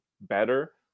better